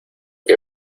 que